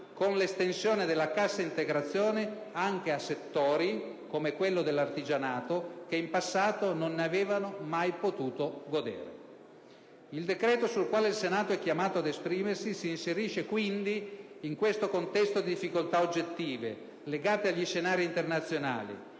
con l'estensione della cassa integrazione anche a settori come quello dell'artigianato che in passato non ne avevano mai potuto godere. Il decreto sul quale il Senato è chiamato ad esprimersi si inserisce quindi in questo contesto di difficoltà oggettive, legate agli scenari internazionali,